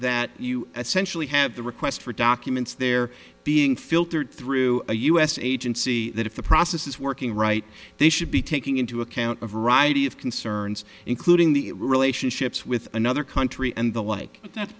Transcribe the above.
that you essentially have the request for documents they're being filtered through a u s agency that if the process is working right they should be taking into account a variety of concerns including the relationships with another country and the like that